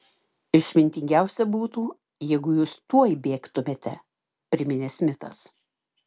išmintingiausia būtų jeigu jūs tuoj bėgtumėte priminė smitas